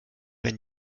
wenn